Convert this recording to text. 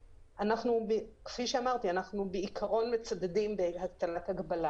כפי שאמרתי, בעיקרון אנחנו מצדדים בהטלת הגבלה.